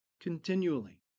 continually